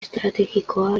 estrategikoa